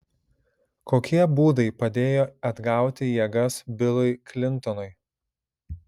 kokie būdai padėjo atgauti jėgas bilui klintonui